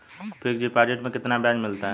Fix deposit में कितना ब्याज मिलता है?